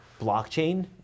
blockchain